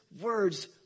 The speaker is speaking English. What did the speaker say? words